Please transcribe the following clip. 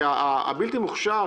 כי הבלתי מוכשר,